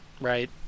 Right